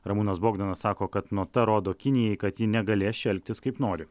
ramūnas bogdanas sako kad nota rodo kinijai kad ji negalės čia elgtis kaip nori